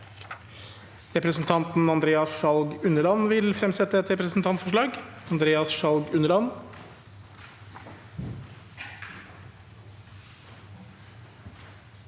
Representanten Andreas Sjalg Unneland vil fremsette et representantforslag.